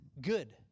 good